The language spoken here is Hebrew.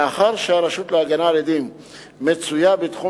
מאחר שהרשות להגנה על עדים מצויה בתחום